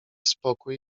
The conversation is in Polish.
spokój